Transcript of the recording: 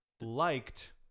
liked